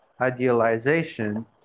idealization